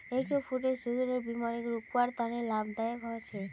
egg fruit सुगरेर बिमारीक रोकवार तने लाभदायक छे